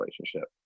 relationship